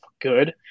good